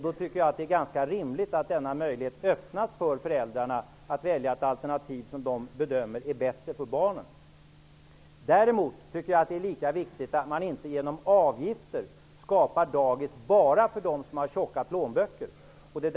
Då tycker jag att det är ganska rimligt att denna möjlighet för föräldrarna att välja ett alternativ som de bedömer som bättre för barnen öppnas. Däremot tycker jag att det är lika viktigt att man inte genom avgifter skapar dagis bara för dem som har tjocka plånböcker.